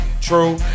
true